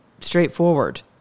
straightforward